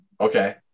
okay